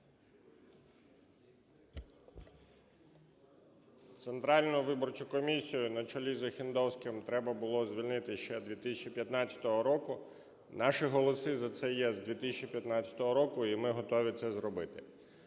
Центральну виборчу комісію на чолі з Охендовським треба було звільнити ще 2015 року, наші голоси за це є з 2015 року, і ми готові це зробити.